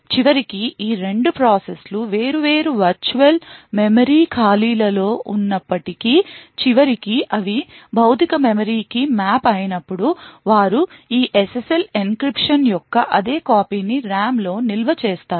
చివరికి ఈ 2 ప్రాసెస్ లు వేర్వేరు వర్చువల్ మెమరీ ఖాళీలలో ఉన్నప్పటికీ చివరికి అవి భౌతిక మెమరీకి మ్యాప్ అయినప్పుడు వారు ఈ SSL encryption యొక్క అదే కాపీ ని RAM లో నిల్వ చేస్తారు